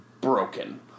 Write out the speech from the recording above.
broken